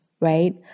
right